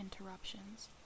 interruptions